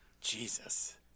Jesus